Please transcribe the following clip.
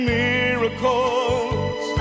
miracles